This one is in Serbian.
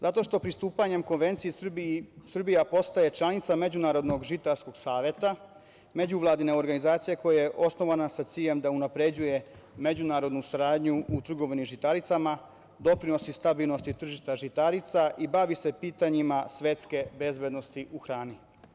Zato što pristupanjem Konvenciji Srbija postaje članica Međunarodnog žitarskog saveta, međuvladine organizacije koja je osnovana sa ciljem da unapređuje međunarodnu saradnju u trgovini žitaricama, doprinosi stabilnosti tržišta žitarica i bavi se pitanjima svetske bezbednosti u hrani.